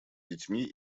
детьми